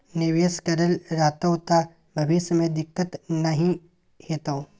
निवेश करल रहतौ त भविष्य मे दिक्कत नहि हेतौ